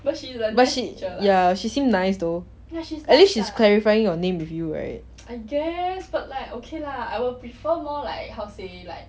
but she ya she seems nice though at least she's clarifying your name with you right